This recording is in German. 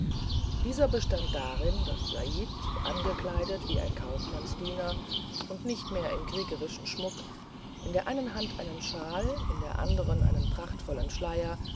dieser bestand darin daß said angekleidet wie ein kaufmannsdiener und nicht mehr im kriegerischen schmuck in der einen hand einen shawl in der andern einen prachtvollen schleier